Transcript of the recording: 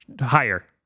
higher